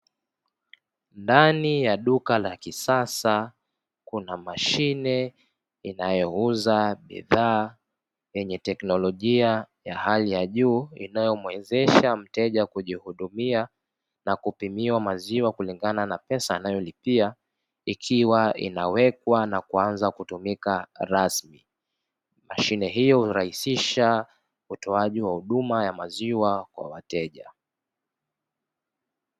Ndani ya duka la kisasa kuna mashine inayo uza bidhaa yenye teknolojia ya hali ya juu inayo mwezesha mteja kujihudumia na kupumiwa maziwa kulingana na pesa anayolipia, ikiwa inawekwa na kuanza kutumiwa rasmi mashine hiyo hurahisisha utoaji wa huduma ya maziwa kwa wateja.